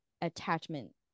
attachment